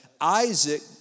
Isaac